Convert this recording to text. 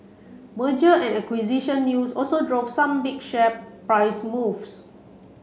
merger and acquisition news also drove some big share price moves